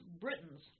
Britons